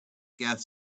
gas